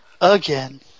Again